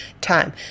time